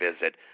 visit